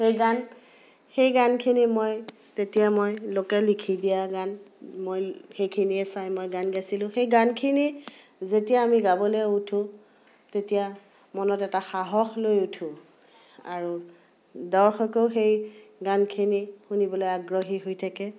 সেই গান সেই গানখিনি মই তেতিয়া মই লোকে লিখি দিয়া গান মই সেইখিনিয়ে চাই মই গান গাইছিলোঁ সেই গানখিনি যেতিয়া আমি গাবলৈ উঠোঁ তেতিয়া মনত এটা সাহস লৈ উঠোঁ আৰু দৰ্শকেও সেই গানখিনি শুনিবলৈ আগ্ৰহী হৈ থাকে